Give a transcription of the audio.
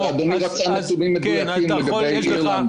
אדוני רצה נתונים מדויקים לגבי אירלנד